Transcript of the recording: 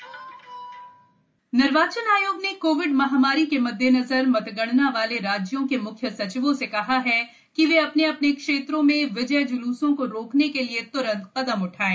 निर्वाचन आयोग निर्वाचन आयोग ने कोविड महामारी के मद्देनजर मतगणना वाले राज्यों के म्ख्य सचिवों से कहा है कि वे अपने अपने क्षेत्रों में विजय जूल्सों को रोकने के लिए तुरंत कदम उठाएं